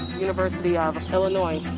university um of illinois,